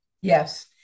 Yes